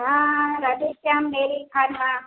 હા Radhe Shyam dairy farm હા